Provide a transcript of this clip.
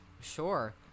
sure